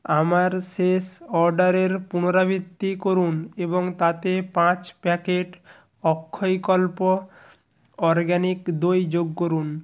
আমার শেষ অর্ডারের পুনরাবৃত্তি করুন এবং তাতে পাঁচ প্যাকেট অক্ষয়কল্প অরগ্যানিক দই যোগ করুন